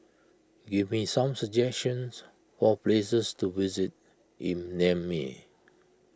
give me some suggestions for places to visit in Niamey